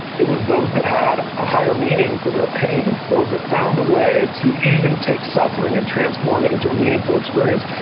it was those that had a higher meaning for their pain, those that found a way to even take suffering and transform it into a meaningful experience.